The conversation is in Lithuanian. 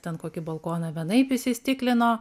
ten kokį balkoną vienaip įstiklino